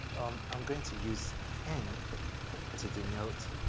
i'm going to use n to denote